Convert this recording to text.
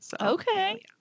Okay